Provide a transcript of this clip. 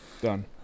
Done